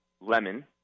lemon